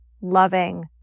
loving